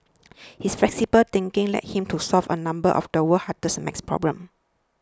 his flexible thinking led him to solve a number of the world's hardest math problems